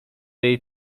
jej